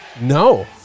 No